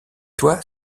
toi